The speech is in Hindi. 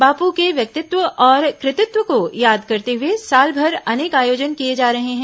बापू के व्यक्तित्व और कृतित्व को याद करते हुए सालभर अनेक आयोजन किए जा रहे हैं